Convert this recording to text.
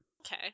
Okay